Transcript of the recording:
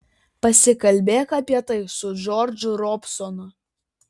pasikalbėk apie tai su džordžu robsonu